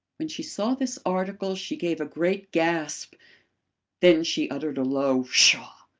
when she saw this article she gave a great gasp then she uttered a low pshaw!